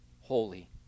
holy